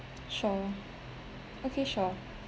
sure okay sure